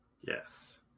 Yes